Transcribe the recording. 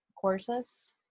courses